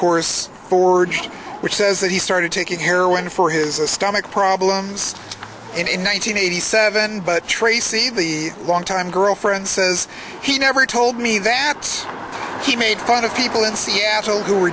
course forward which says that he started taking heroin for his a stomach problems in one nine hundred eighty seven but tracy the long time girlfriend says he never told me that he made fun of people in seattle who